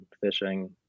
fishing